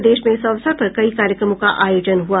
प्रदेश में इस अवसर पर कई कार्यक्रमों का आयोजन हुआ